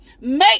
make